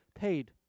paid